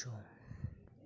ᱫᱩᱥᱚ